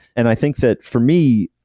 and i think that for me,